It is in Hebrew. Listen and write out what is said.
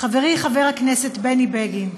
חברי חבר הכנסת בני בגין,